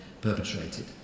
perpetrated